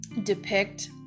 depict